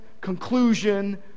conclusion